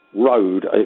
road